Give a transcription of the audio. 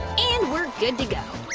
and we're good to go!